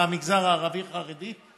מהמגזר הערבי והחרדי,